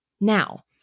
Now